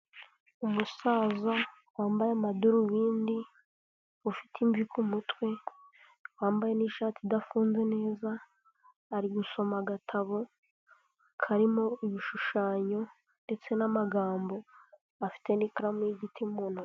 Umusaza wambaye amadarubindi ufite imvi mutwe wambaye n'ishati idafunze neza, ari gusoma agatabo karimo ibishushanyo ndetse n'amagambo afite n'ikaramu y'igiti mu ntoki.